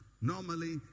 Normally